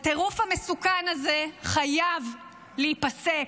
הטירוף המסוכן הזה חייב להיפסק.